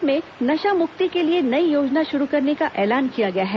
budget में नशा मुक्ति के लिए नई योजना शुरू करने का ऐलान किया गया है